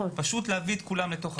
פשוט להביא את כולם לתוך החדר.